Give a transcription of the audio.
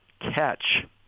catch